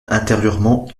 intérieurement